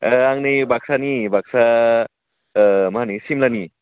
आं नै बाग्सानि बाग्सा मा होनो सिमलानि